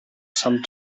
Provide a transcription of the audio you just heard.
some